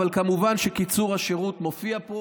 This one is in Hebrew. אבל כמובן שקיצור השירות מופיע פה